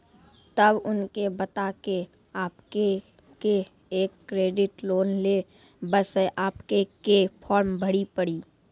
तब उनके बता के आपके के एक क्रेडिट लोन ले बसे आपके के फॉर्म भरी पड़ी?